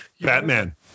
Batman